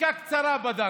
בדיקה קצרה בדקתי,